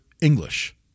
English